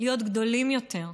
להיות גדולים יותר,